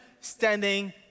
standing